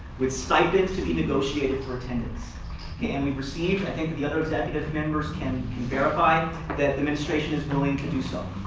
with stipends to be negotiated for attendance and we received i think the other executive members can verify that the administration is willing to do so.